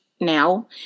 now